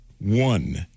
One